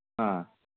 ꯑ